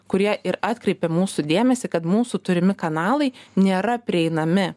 kurie ir atkreipia mūsų dėmesį kad mūsų turimi kanalai nėra prieinami